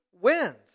wins